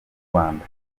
rwanda